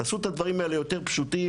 תעשו את הדברים האלו קצת יותר פשוטים.